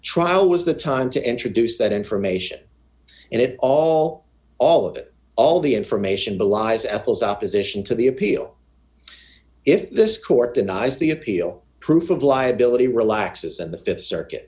trial was the time to introduce that information and it all all of it all the information belies ethel's opposition to the appeal if this court denies the appeal proof of liability relaxes and the th circuit